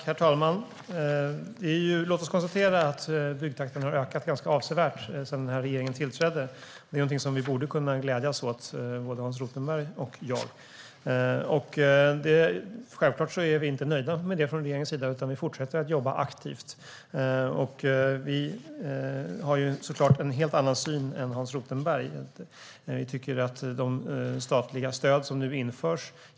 Herr talman! Låt oss konstatera att byggtakten har ökat ganska avsevärt sedan den här regeringen tillträdde. Det är någonting som vi borde kunna glädjas åt, både Hans Rothenberg och jag. Självklart är vi inte nöjda med detta från regeringens sida. Vi fortsätter att jobba aktivt, och vi har ju såklart en helt annan syn än Hans Rothenberg på de statliga stöd som införs.